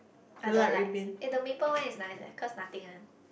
I don't like eh the maple one is nice leh cause nothing one